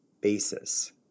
basis